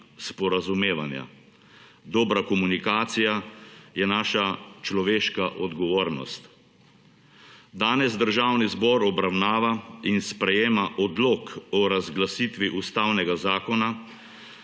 sporazumevanja. Dobra komunikacija je naša človeška odgovornost. Danes Državni zbor obravnava in sprejema odlok o razglasitvi ustavnega zakona,